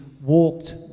walked